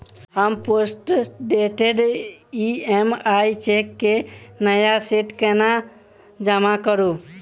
हम postdated EMI cheque केँ नया सेट केना जमा करू?